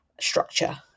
structure